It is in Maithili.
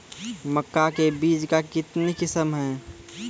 मक्का के बीज का कितने किसमें हैं?